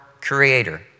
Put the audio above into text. creator